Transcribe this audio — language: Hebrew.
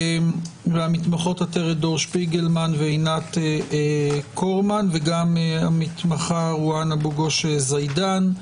והמתמחות עטרת שפיגלמן ועינת קורמן והמתמחה רואן אבו גוש זידאן.